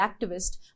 activist